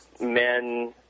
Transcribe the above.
men